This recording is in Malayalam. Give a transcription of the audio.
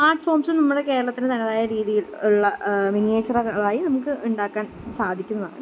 ആട്ട് ഫോംസ് നമ്മുടെ കേരളത്തിന് തനതായ രീതിയിൽ ഉള്ള മിനിയേച്ചറുകളായി നമുക്ക് ഉണ്ടാക്കാൻ സാധിക്കുന്നതാണ്